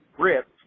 grip